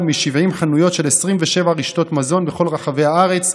מ-70 חנויות של 27 רשתות מזון בכל רחבי הארץ,